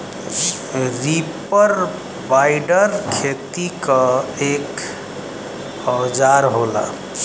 reaper binder खेती क एक औजार होला